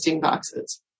boxes